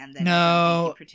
No